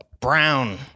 Brown